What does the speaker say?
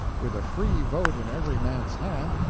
with a free vote in every man's hand,